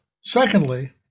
secondly